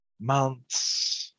Months